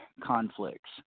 conflicts